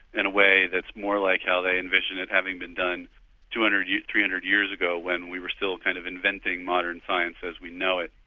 in a way that's more like how they envision it having been done two hundred, yeah three hundred years ago when we were still kind of inventing modern science as we know it.